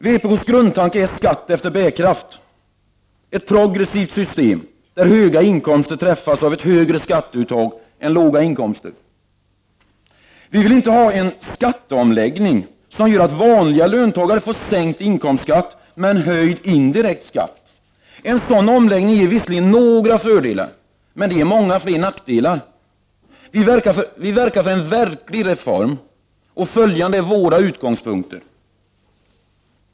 Vpk:s grundtanke är att man skall betala skatt efter bärkraft, att vi skall ha ett progressivt system, där höga inkomster träffas av ett större skatteuttag än låga inkomster. Vi vill inte ha en skatteomläggning som gör att vanliga löntagare får sänkt inkomstskatt men höjd indirekt skatt. En sådan omläggning innebär visserligen några fördelar. Men nackdelarna är långt fler. Vi eftersträvar således en verklig reform för vilken gäller följande utgångspunkter: 1.